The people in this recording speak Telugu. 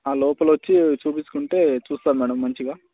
ఆ లోపల వచ్చి చూపించుకుంటే చూస్తారు మ్యాడమ్ మంచిగా